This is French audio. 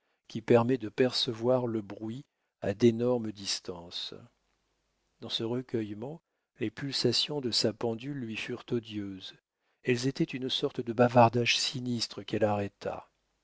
qui permet de percevoir le bruit à d'énormes distances dans ce recueillement les pulsations de sa pendule lui furent odieuses elles étaient une sorte de bavardage sinistre qu'elle arrêta